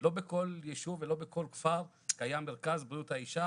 שלא בכל ישוב ולא בכל כפר קיים מרכז בריאות האישה